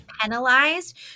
penalized